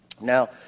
Now